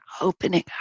opening